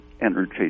energy